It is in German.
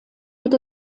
wird